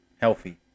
Healthy